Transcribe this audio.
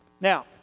Now